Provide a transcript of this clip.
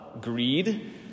greed